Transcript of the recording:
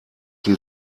sie